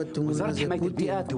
לכל אחד מהקהלים מאפיינים שלו,